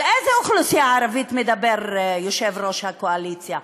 על איזה אוכלוסייה ערבית מדבר יושב-ראש הקואליציה?